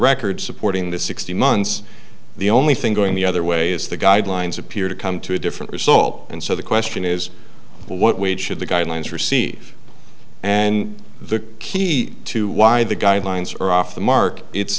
record supporting the sixty months the only thing going the other way is the guidelines appear to come to a different result and so the question is what weight should the guidelines receive and the key to why the guidelines are off the mark it's